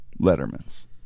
Letterman's